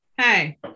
Hey